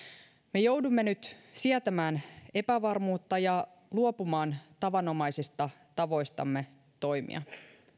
me joudumme nyt sietämään epävarmuutta ja luopumaan tavanomaisista tavoistamme toimia